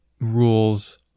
rules